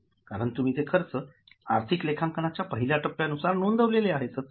कारण तुम्ही ते खर्च आर्थिक लेखांकनाच्या पहिल्या टप्प्यानुसार नोंदविलेले आहेतच